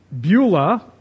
Beulah